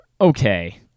Okay